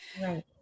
Right